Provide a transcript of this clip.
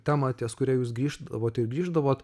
temą ties kuria jūs grįždavot ir grįždavot